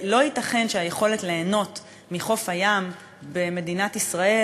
לא ייתכן שהיכולת ליהנות מחוף הים במדינת ישראל